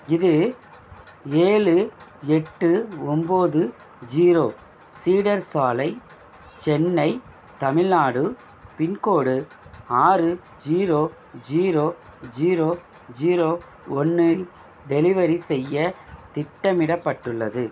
இது ஏழு எட்டு ஒம்போது ஜீரோ சீடர் சாலை சென்னை தமிழ்நாடு பின்கோடு ஆறு ஜீரோ ஜீரோ ஜீரோ ஜீரோ ஒன்று டெலிவரி செய்ய திட்டமிடப்பட்டுள்ளது